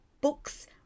books